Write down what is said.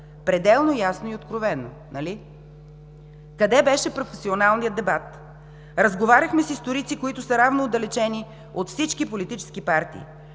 Пределно ясно и откровено, нали? Къде беше професионалният дебат? Разговаряхме с историци, които са равно отдалечени от всички политически партии.